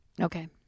Okay